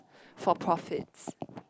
for profits